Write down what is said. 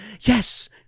Yes